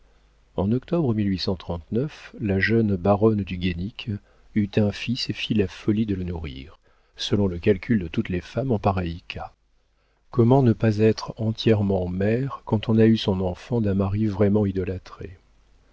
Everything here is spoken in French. en octobre la jeune baronne du guénic eut un fils et fit la folie de le nourrir selon le calcul de toutes les femmes en pareil cas comment ne pas être entièrement mère quand on a eu son enfant d'un mari vraiment idolâtré